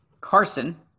carson